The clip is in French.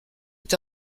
est